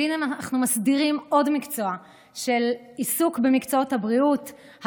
והינה אנחנו מסדירים עוד מקצוע של עיסוק במקצועות הבריאות,